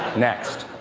next.